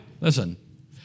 Listen